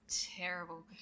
terrible